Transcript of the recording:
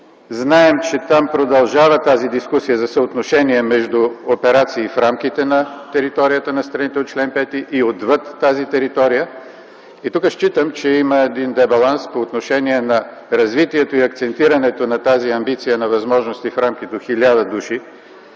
Знаем, че там продължава тази дискусия за съотношение между операции в рамките на територията на страните от чл. 5, и отвъд тази територия. И тук считам, че има един дебаланс по отношение на развитието и акцентирането на тази амбиция на възможности в рамки до 1000 души,